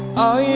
are you